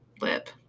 lip